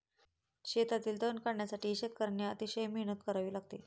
शेतातील तण काढण्यासाठी शेतकर्यांना अतिशय मेहनत करावी लागते